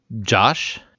josh